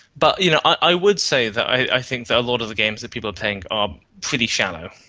but you know i would say that i think that a lot of the games that people are playing are pretty shallow.